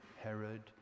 Herod